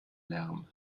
lärm